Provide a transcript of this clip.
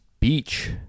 beach